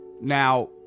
Now